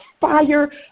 fire